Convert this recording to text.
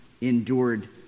endured